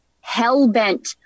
hell-bent